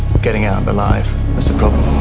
getting out alive is the problem.